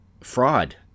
fraud